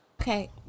Okay